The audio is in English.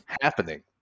happening